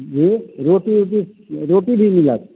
जी रोटी ओटी रोटी भी मिलत